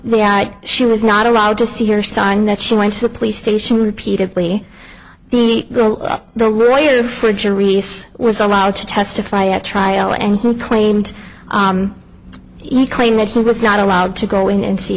mother she was not allowed to see her son that she went to the police station repeatedly the girl the lawyer for juries was allowed to testify at trial and who claimed he claimed that he was not allowed to go in and s